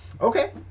Okay